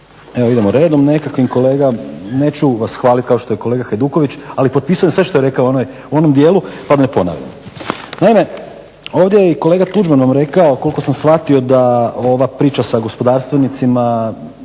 Evo idemo redom nekakvim kolega. Neću vas hvaliti kao što je kolega Hajduković ali potpisujem sve što je rekao u onom dijelu pa da ne ponavljam. Naime, ovdje je i kolega Tuđman nam rekao koliko sam shvatio da ova priča sa gospodarstvenicima